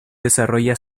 desarrolla